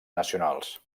nacionals